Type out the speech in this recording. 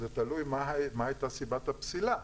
תלוי מה היתה סיבת הפסילה.